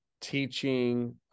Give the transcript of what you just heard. teaching